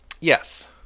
Yes